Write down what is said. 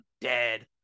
dead